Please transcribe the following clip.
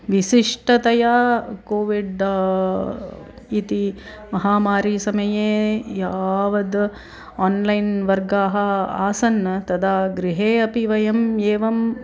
विशिष्टतया कोविड् इति महामारिसमये यावद् ओन्लैन् वर्गाः आसन् तदा गृहे अपि वयम् एवम्